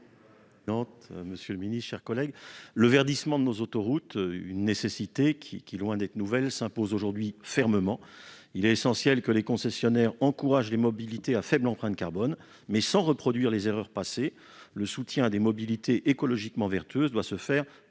Monsieur le ministre, mes chers collègues, le verdissement de nos autoroutes est une nécessité qui, loin d'être nouvelle, s'impose aujourd'hui fermement. Il est essentiel que les concessionnaires encouragent les mobilités à faible empreinte carbone, mais sans reproduire les erreurs passées. Le soutien à des mobilités écologiquement vertueuses doit se faire